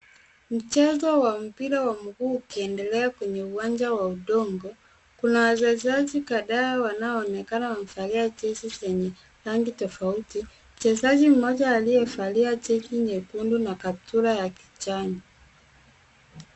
Mchezo wa mpira wa miguu ukiendelea kwenye uwanja wa udongo. Kuna wachezaji kadhaa wanaonekana wamevalia jezi zenye rangi tofauti. Mchezaji mmoja aliye valia jezi ya rangi nyekundu na kaptura ya kijani